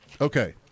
okay